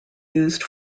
used